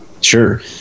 Sure